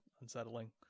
unsettling